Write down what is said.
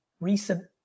recent